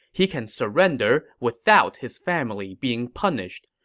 he can surrender without his family being punished.